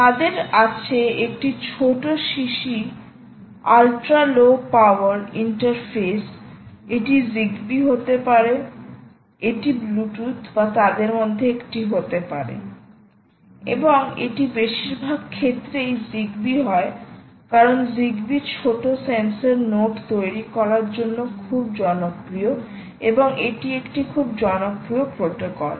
তাদের আছে একটি ছোট শিশি আল্ট্রা লো পাওয়ার ইন্টারফেস এটি জিগবি হতে পারে এটি ব্লুটুথ বা তাদের মধ্যে একটি হতে পারে এবং এটি বেশিরভাগ ক্ষেত্রেই জিগবি হয় কারণ জিগবি ছোট সেন্সর নোড তৈরির জন্য খুব জনপ্রিয় এবং এটি একটি খুব জনপ্রিয় প্রোটোকল